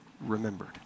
Remembered